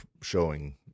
showing